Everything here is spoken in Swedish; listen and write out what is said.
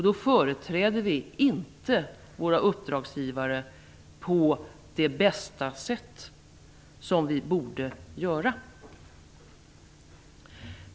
Då företräder vi inte våra uppdragsgivare på det bästa sätt som vi borde göra.